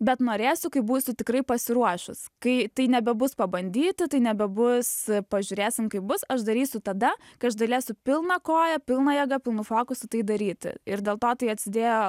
bet norėsiu kai būsiu tikrai pasiruošus kai tai nebebus pabandyti tai nebebus pažiūrėsim kaip bus aš darysiu tada kai aš galėsiu pilna koja pilna jėga pilnu fokusu tai daryti ir dėl to tai atsidėjo